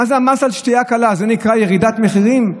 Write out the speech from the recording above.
מה זה המס על שתייה קלה, זה נקרא ירידת מחירים?